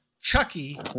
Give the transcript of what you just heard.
Chucky